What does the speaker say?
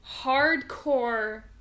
Hardcore